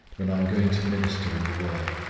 when i am going to minister in the word,